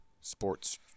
sports